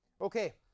Okay